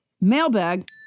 mailbag